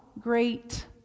great